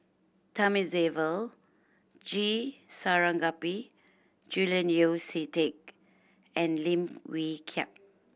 Thamizhavel G Sarangapani Julian Yeo See Teck and Lim Wee Kiak